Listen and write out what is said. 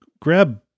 grab